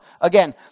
Again